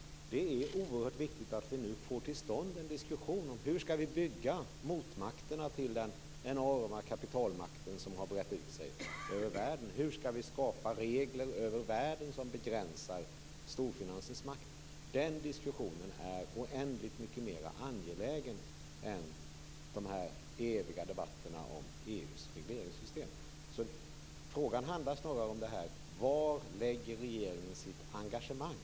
Det är oerhört viktigt att vi nu får till stånd en diskussion om hur vi skall bygga motmakter till den enorma kapitalmakt som har brett ut sig över världen. Hur skall vi skapa regler över världen som begränsar storfinansens makt? Den diskussionen är oändligt mycket mer angelägen än de eviga debatterna om EU:s regleringssystem. Det handlar alltså snarare om var regeringen lägger sitt engagemang.